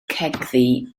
cegddu